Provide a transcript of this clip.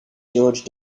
george